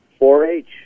4-H